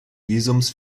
visums